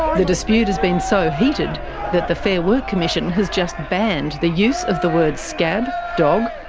the dispute has been so heated that the fair work commission has just banned the use of the words scab, dog,